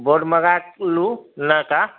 board मँगालु लड़का